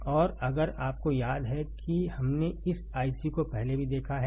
और अगर आपको याद है कि हमने इस IC को पहले भी देखा है